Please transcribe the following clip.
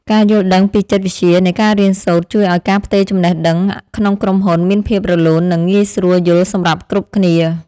ការយល់ដឹងពីចិត្តវិទ្យានៃការរៀនសូត្រ ជួយឱ្យការផ្ទេរចំណេះដឹងក្នុងក្រុមហ៊ុនមានភាពរលូននិងងាយស្រួលយល់សម្រាប់គ្រប់គ្នា។